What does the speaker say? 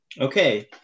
Okay